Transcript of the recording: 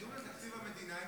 דיון על תקציב המדינה,